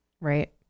Right